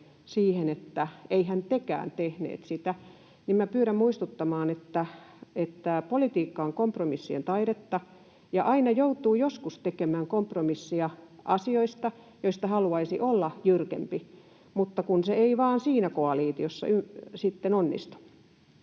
siihen, että ettehän tekään tehneet sitä: minä pyydän muistuttamaan, että politiikka on kompromissien taidetta ja aina joskus joutuu tekemään kompromisseja asioista, joista haluaisi olla jyrkempi, mutta kun se ei vaan siinä koalitiossa onnistu.